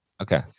Okay